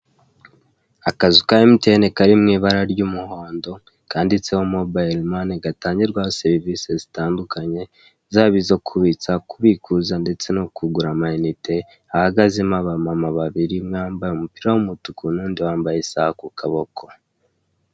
Akazu ka emutiyene kari mu ibara ry'umuhondo, kanditseho mobayiromani gatangirwaho serivisi zitandukanye zaba izo kubitsa, kubikuza ndetse no kugura amayinite hahagazemo abamama babiri umwe wambaye umupira w'umutuku n'undi wambaye isaha ku kaboko.